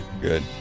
good